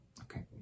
Okay